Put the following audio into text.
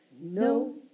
no